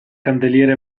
candeliere